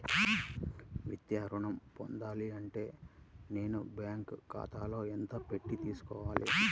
విద్యా ఋణం పొందాలి అంటే నేను బ్యాంకు ఖాతాలో ఎంత పెట్టి తీసుకోవాలి?